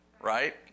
right